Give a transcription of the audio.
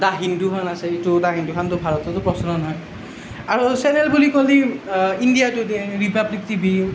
দা হিন্দুখন আছে এইটো দা হিন্দুখনটো ভাৰততো প্ৰচলন হয় আৰু চেনেল বুলি ক'লে ইণ্ডিয়া টুডে ৰিপাব্লিক টিভি